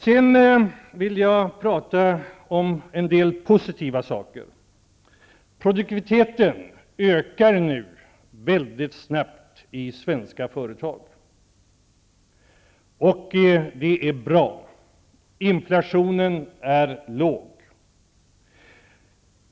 Jag vill sedan tala om en del positiva saker. Produktiviteten ökar nu mycket snabbt i svenska företag. Det är bra. Inflationen är låg.